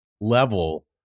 level